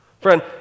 Friend